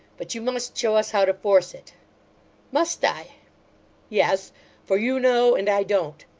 but you must show us how to force it must i yes for you know, and i don't.